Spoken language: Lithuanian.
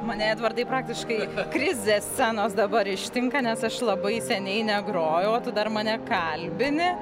mane edvardai praktiškai krizę scenos dabar ištinka nes aš labai seniai negrojau o tu dar mane kalbini